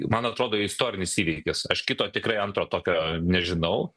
man atrodo istorinis įvykis aš kito tikrai antro tokio nežinau